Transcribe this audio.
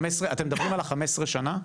אתם מדברים על 15 שנים?